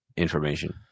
information